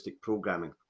programming